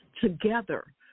together